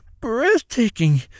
breathtaking